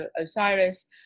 Osiris